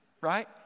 right